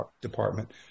department